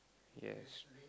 yes